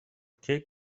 کیک